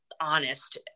honest